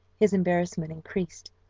his embarrassment increased,